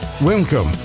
Welcome